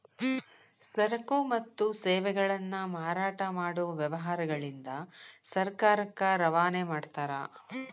ಸರಕು ಮತ್ತು ಸೇವೆಗಳನ್ನ ಮಾರಾಟ ಮಾಡೊ ವ್ಯವಹಾರಗಳಿಂದ ಸರ್ಕಾರಕ್ಕ ರವಾನೆ ಮಾಡ್ತಾರ